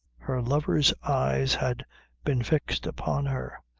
her lover's eyes had been fixed upon her,